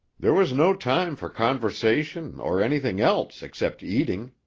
there was no time for conversation or anything else except eating.